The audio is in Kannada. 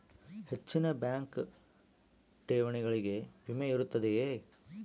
ಹೆಚ್ಚಿನ ಬ್ಯಾಂಕ್ ಠೇವಣಿಗಳಿಗೆ ವಿಮೆ ಇರುತ್ತದೆಯೆ?